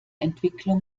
entwicklung